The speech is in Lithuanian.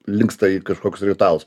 linksta į kažkokius ritualus